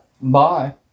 Bye